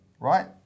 Right